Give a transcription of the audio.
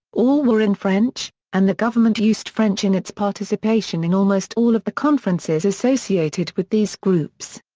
all were in french, and the government used french in its participation in almost all of the conferences associated with these groups.